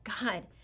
God